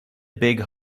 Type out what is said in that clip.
big